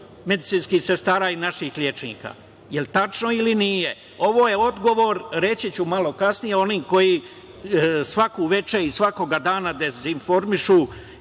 medicinskih sestara i naših lekara. Da li je tačno ili nije? Ovo je odgovor, reći ću malo kasnije onih koji svaku večer i svakoga dana dezinformišu